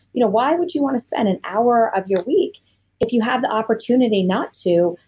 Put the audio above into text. you know why would you want to spend an hour of your week if you have the opportunity not to,